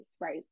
right